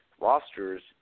rosters